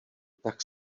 tak